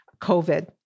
covid